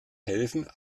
helfen